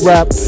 Rap